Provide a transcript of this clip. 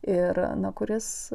ir na kuris